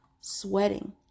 sweating